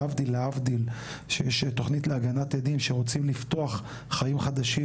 להבדיל שיש תוכנית להגנת עדים שרוצים לפתוח חיים חדשים,